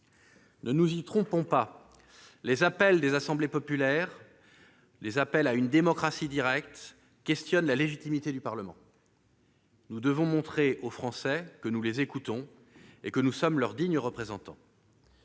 Ne nous y trompons pas, les appels à des « assemblées populaires » et à une « démocratie directe » remettent en question la légitimité du Parlement. Nous devons montrer aux Français que nous les écoutons et que nous sommes leurs dignes représentants.